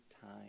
time